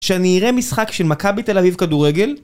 שאני אראה משחק של מכבי תל אביב כדורגל